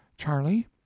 Charlie